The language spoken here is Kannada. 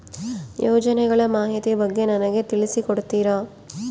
ಯೋಜನೆಗಳ ಮಾಹಿತಿ ಬಗ್ಗೆ ನನಗೆ ತಿಳಿಸಿ ಕೊಡ್ತೇರಾ?